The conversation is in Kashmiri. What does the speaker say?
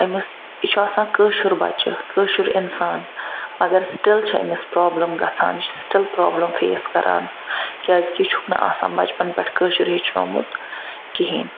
أمس یہِ چھُ آسان کٲشُر بَچہِ کٲشُر اِنسان مگر سٹل چھ امس پرابلم گَژھان یہِ چھُ سٹل پرابلم فیس کران کیازکہ یہِ چھُکھ نہٕ آسان بچپن پیٚٹھ کٲشُر ہیٚوچھ نوومُت کِہیٖنۍ